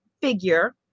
figure